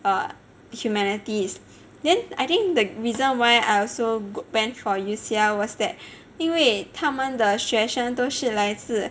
err humanities then I think the reason why I also went for U_C_L was that 因为他们的学生都是来自